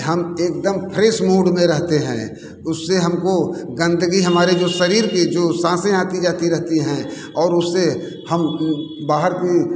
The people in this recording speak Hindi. हम एकदम फ्रेस मूड में रहते हैं उससे हमको गंदगी हमारे जो शरीर की जो साँसे आती जाती रहती हैं और उससे हम बाहर भी